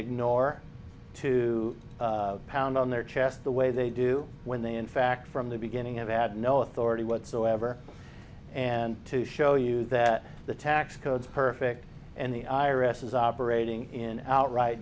ignore to pound on their chest the way they do when they in fact from the beginning of had no authority whatsoever and to show you that the tax codes perfect and the i r s is operating in outright